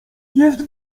jest